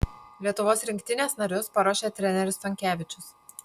lietuvos rinktinės narius paruošė treneris stonkevičius